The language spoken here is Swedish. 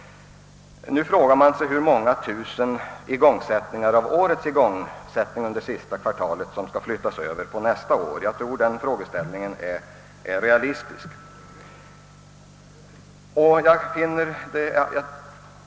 Nu frågar man sig hur många tusen av sista kvartalets igångsättningar i år som skall flyttas över på nästa år. Jag tror det är realistiskt att ställa den frågan.